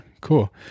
cool